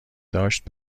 داشت